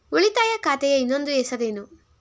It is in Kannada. ಉಳಿತಾಯ ಖಾತೆಯ ಇನ್ನೊಂದು ಹೆಸರೇನು?